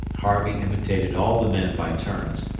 harvey imitated all the men by turns,